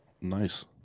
nice